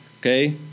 okay